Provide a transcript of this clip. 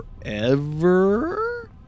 forever